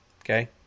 okay